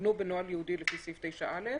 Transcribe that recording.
ויעוגנו בנוהל הייעודי לפי סעיף 9(א),